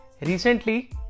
Recently